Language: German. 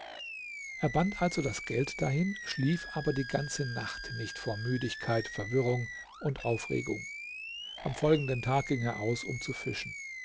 er band also das geld dahin schlief aber die ganze nacht nicht vor müdigkeit verwirrung und aufregung am folgenden tag ging er aus um zu fischen